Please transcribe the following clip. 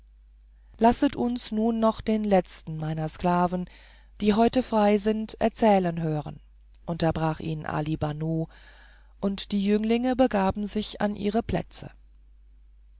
lasset uns nun noch den letzten meiner sklaven die heute frei sind erzählen hören unterbrach ihn ali banu und die jünglinge begaben sich an ihre plätze